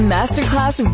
Masterclass